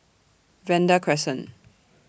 Vanda Crescent